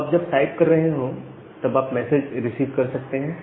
तो आप जब टाइप कर रहे हो तब आप मैसेज रिसीव कर सकते हैं